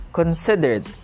considered